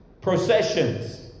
processions